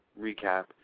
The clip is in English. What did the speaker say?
recap